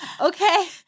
okay